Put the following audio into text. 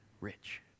rich